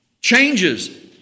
changes